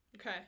Okay